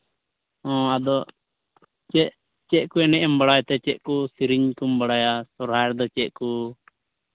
ᱟᱫᱚ ᱪᱮᱫ ᱪᱮᱫ ᱠᱚ ᱮᱱᱮᱡ ᱮᱢ ᱵᱟᱲᱟᱭ ᱛᱮ ᱪᱮᱫ ᱠᱚ ᱥᱮᱨᱮᱧ ᱠᱚᱢ ᱵᱟᱲᱟᱭᱟ ᱥᱚᱦᱨᱟᱭ ᱨᱮᱫᱚ ᱪᱮᱫ ᱠᱚ